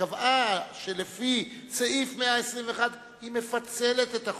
שקבעה שלפי סעיף 121 היא מפצלת את החוק,